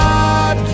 God